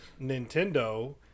Nintendo